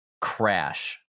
crash